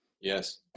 Yes